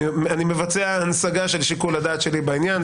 אני מבצע הנסגה של שיקול הדעת שלי בעניין,